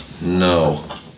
No